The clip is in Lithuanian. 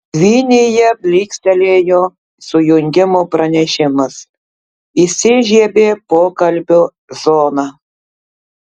dvynyje blykstelėjo sujungimo pranešimas įsižiebė pokalbio zona